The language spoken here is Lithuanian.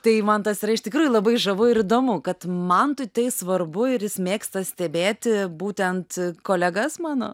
tai man tas yra iš tikrųjų labai žavu įdomu kad mantui tai svarbu ir jis mėgsta stebėti būtent kolegas mano